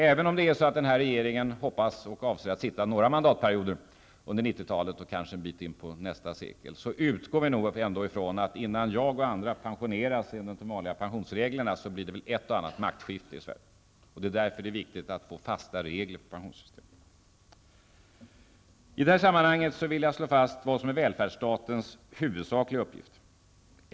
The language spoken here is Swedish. Även om den här regeringen hoppas och avser att sitta några mandatperioder under 1990-talet och kanske en bit in på nästa sekel, utgår vi ändå ifrån att det, innan jag och andra pensioneras enligt vanliga pensionsregler, väl blir ett eller annat maktskifte i Sverige. Det är därför viktigt att få fasta regler för pensionssystemet. I det här sammanhanget vill jag slå fast vad som är välfärdsstatens huvudsakliga uppgift.